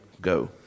go